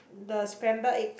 the scramble egg